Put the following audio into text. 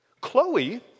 Chloe